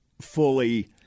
fully